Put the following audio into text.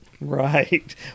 Right